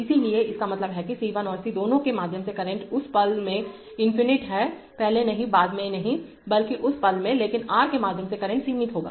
इसलिए इसका मतलब है कि C1 और C दोनों के माध्यम से करंट उस पल में अनंतइनफिनिट हैं पहले नहीं बाद में नहीं बल्कि उस पल में लेकिन R के माध्यम से करंट सीमित होगा